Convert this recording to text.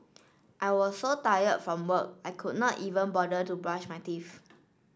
I was so tired from work I could not even bother to brush my teeth